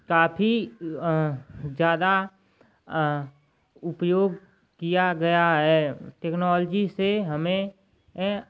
काफ़ी अ ज़्यादा अ उपयोग किया गया है टेक्नॉलजी से हमें अ